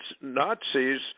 Nazis